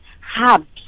hubs